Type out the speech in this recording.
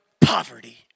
poverty